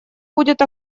будет